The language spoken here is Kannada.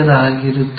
ಆಗಿರುತ್ತದೆ